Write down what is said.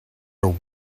are